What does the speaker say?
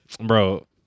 Bro